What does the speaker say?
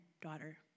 daughter